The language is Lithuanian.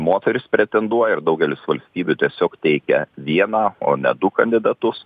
moterys pretenduoja ir daugelis valstybių tiesiog teikia vieną o ne du kandidatus